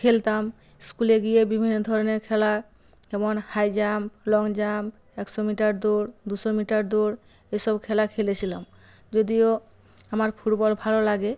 খেলতাম স্কুলে গিয়ে বিভিন্ন ধরনের খেলা যেমন হাই জাম্প লং জাম্প একশো মিটার দৌড় দুশো মিটার দৌড় এসব খেলা খেলেছিলাম যদিও আমার ফুটবল ভালো লাগে